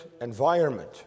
environment